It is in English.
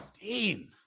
Dean